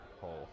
hole